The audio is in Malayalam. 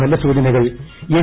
ഫലസൂചനകൾ എൻ